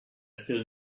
still